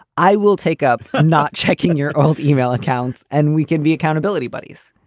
i will take up. i'm not checking your old email accounts and we can be accountability buddies.